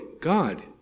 God